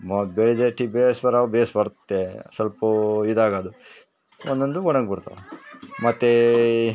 ಭೇಷ್ ಬರುತ್ತೆ ಸ್ವಲ್ಪ್ ಇದಾಗೋದು ಒಂದೊಂದು ಒಣಗಿ ಬಿಡ್ತಾವೆ ಮತ್ತು ಈ